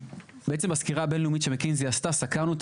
בסקירה הבין-לאומית שמקנזי עשתה סקרנו את